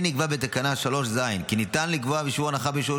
כן נקבע בתקנה 3ז כי ניתן לקבוע הנחה בשיעור